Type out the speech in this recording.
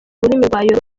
rurimi